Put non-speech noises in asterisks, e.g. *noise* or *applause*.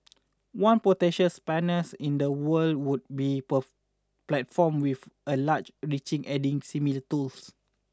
one potential spanners in the work would be *unintelligible* platforms with a larger reach adding similar tools